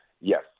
Yes